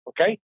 okay